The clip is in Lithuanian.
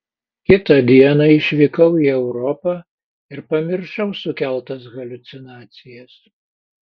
kitą dieną išvykau į europą ir pamiršau sukeltas haliucinacijas